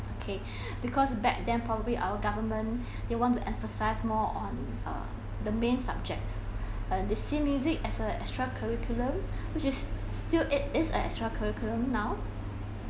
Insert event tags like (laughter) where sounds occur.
okay (breath) because back then probably our government (breath) they want to emphasize more on (breath) uh the main subjects and they see music as a extra curriculum (breath) which it is still it is a extra curriculum now